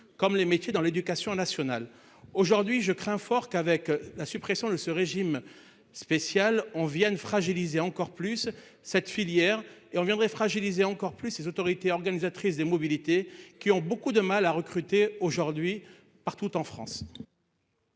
comme les métiers dans l'éducation nationale. Aujourd'hui, je crains fort qu'avec la suppression de ce régime spécial en viennent fragiliser encore plus cette filière et on viendrait fragiliser encore plus ces autorités organisatrices de mobilité qui ont beaucoup de mal à recruter aujourd'hui partout en France.